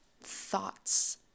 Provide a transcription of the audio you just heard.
thoughts